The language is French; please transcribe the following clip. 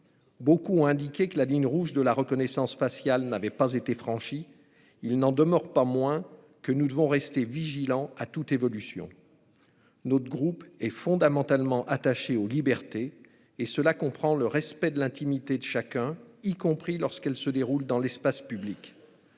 Beaucoup ont indiqué que la ligne rouge de la reconnaissance faciale n'avait pas été franchie ; nous devons néanmoins rester vigilants à toute évolution. Notre groupe est fondamentalement attaché aux libertés, ce qui comprend le respect de l'intimité de chacun, y compris dans l'espace public.